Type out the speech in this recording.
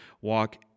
walk